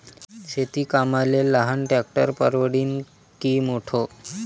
शेती कामाले लहान ट्रॅक्टर परवडीनं की मोठं?